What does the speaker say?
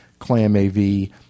ClamAV